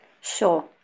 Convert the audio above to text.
Sure